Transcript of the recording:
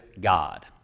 God